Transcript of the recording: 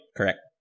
Correct